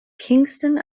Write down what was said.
kingston